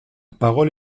parole